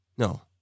No